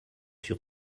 sur